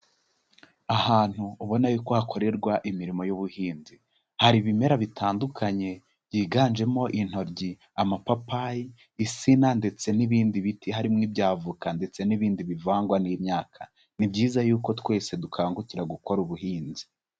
Ahantu ubona yuko hakorerwa imirimo y'ubuhinzi, hari ibimera bitandukanye byiganjemo intoryi, amapapayi, insina ndetse n'ibindi biti harimo iby'avoka ndetse n'ibindi bivangwa n'imyaka, ni byiza yuko twese dukangukira gukora ubuhinzi.